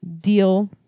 deal